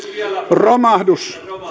romahdus